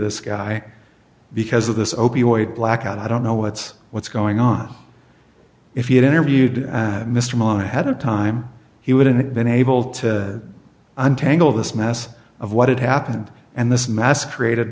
this guy because of this opioid blackout i don't know what's what's going on if you had interviewed mr malone ahead of time he wouldn't have been able to untangle this mess of what had happened and this mask created